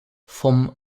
vom